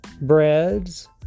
breads